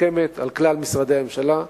מוסכמת על כלל משרדי הממשלה,